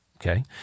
okay